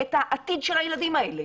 את העתיד של הילדים האלה.